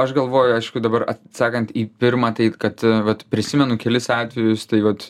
aš galvoju aišku dabar atsakant į pirmą tai kad vat prisimenu kelis atvejus tai vat